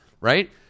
right